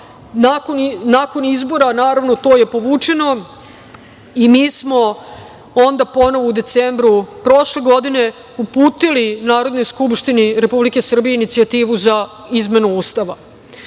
nakon izbora je to povučeno, i mi smo onda ponovo u decembru prošle godine uputili Narodnoj Skupštini Republike Srbije inicijativu za izmenu